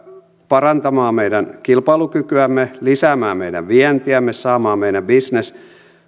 parantamaan meidän kilpailukykyämme lisäämään meidän vientiämme saamaan meidän bisnes